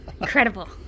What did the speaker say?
Incredible